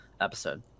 Episode